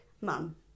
mum